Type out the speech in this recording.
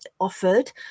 offered